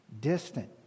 distant